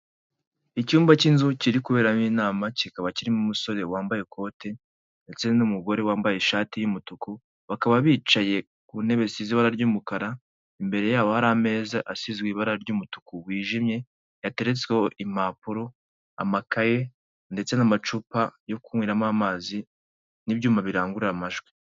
Icyumba cy'inzu kiri kuberamo inama, kikaba kirimo umusore wambaye ikote ndetse n'umugore wambaye ishati y'umutuku, bakaba bicaye ku ntebe zisize ibara ry'umukara, imbere yabo hari ameza asizwe ibara ry'umutuku wijimye, yateretsweho impapuro, amakaye ndetse n'amacupa yo kunweramo amazi n'ibyuma birangurura amajwi.